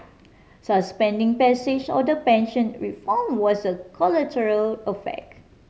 suspending passage of the pension reform was a collateral effect